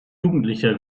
jugendlicher